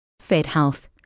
FedHealth